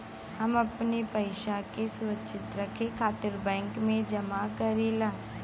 हम अपने पइसा के सुरक्षित रखे खातिर बैंक में जमा करीला